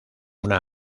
una